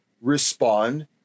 respond